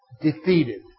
Defeated